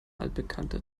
altbekannte